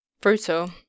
brutal